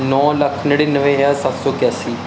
ਨੌ ਲੱਖ ਨੜਿੱਨਵੇ ਹਜ਼ਾਰ ਸੱਤ ਸੌ ਇਕਿਆਸੀ